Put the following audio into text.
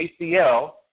ACL